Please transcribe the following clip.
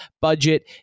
budget